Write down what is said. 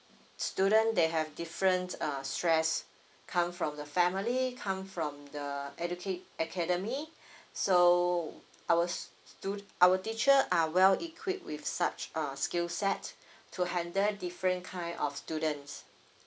student they have different uh stress come from the family come from the educate academy so our stu~ our teacher are well equipped with such a skillset to handle different kind of students